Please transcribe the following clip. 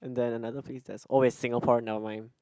and then another place that's oh wait Singaporean never mind